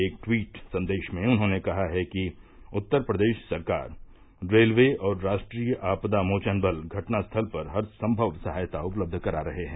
एक ट्वीट संदेश में उन्होंने कहा कि उत्तर प्रदेश सरकार रेलवे और राष्ट्रीय आपदा मोचन बल घटनास्थल पर हरसंभव सहायता उपलब्ध करा रहे हैं